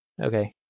Okay